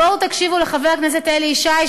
בואו תקשיבו לחבר הכנסת אלי ישי,